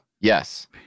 Yes